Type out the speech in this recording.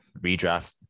Redraft